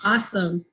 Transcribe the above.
Awesome